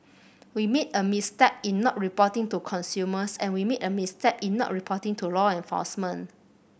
we made a misstep in not reporting to consumers and we made a misstep in not reporting to law enforcement